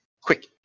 quick